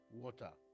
water